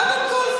קודם כול,